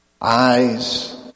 Eyes